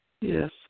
Yes